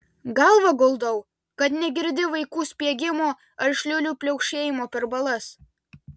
galvą guldau kad negirdi vaikų spiegimo ar šliurių pliaukšėjimo per balas